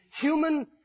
human